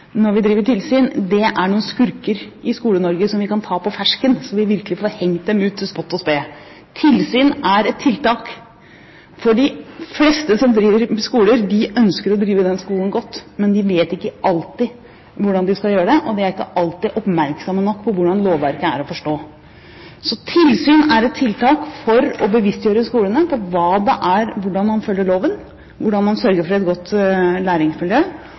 når vi driver tilsyn, er skurker i Skole-Norge som vi kan ta på fersken, så vi virkelig får hengt dem ut til spott og spe. Tilsyn er et tiltak. De fleste som driver skole, ønsker å drive den skolen godt, men de vet ikke alltid hvordan de skal gjøre det, og de er ikke alltid oppmerksomme nok på hvordan lovverket er å forstå. Tilsyn er et tiltak for å bevisstgjøre skolene på hvordan man følger loven, og hvordan man sørger for et godt læringsmiljø.